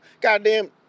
goddamn